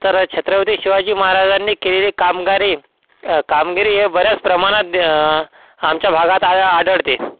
तर छत्रपती शिवाजी महाराजांनी केलेली कामगिरी कामगिरी ये बऱ्यास प्रमाणात आमच्या भागात आज आढळते